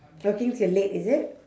working till late is it